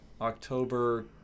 October